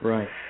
Right